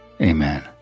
Amen